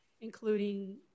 including